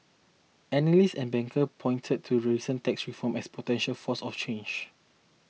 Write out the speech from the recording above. analysts and bankers pointed to recent tax reform as potential force of change